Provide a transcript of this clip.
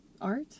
art